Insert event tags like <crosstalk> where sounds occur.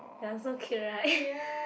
ya so cute right <noise>